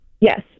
Yes